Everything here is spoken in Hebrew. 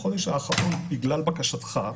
התאמצנו מאוד בחודש באחרון בגלל בקשתך.